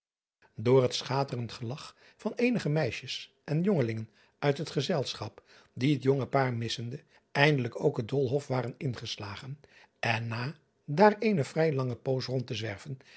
door het schaterend gelach van eenige meisjes en jongelingen uit het gezelschap die het jonge paar driaan oosjes zn et leven van illegonda uisman missende eindelijk ook het oolhof waren ingeslagen en na daar eene vrij lange poos rond te zwerven